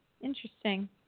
Interesting